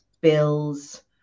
bills